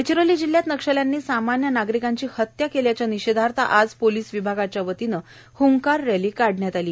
गडचिरोली जिल्ह्यात नक्षल्यांनी सामान्य नागरिकांच्या हत्या केल्याच्या निषेधार्थ आज पोलिस विभागाच्या वतीने हंकार रस्ती काढण्यात आली